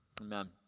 amen